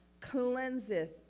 cleanseth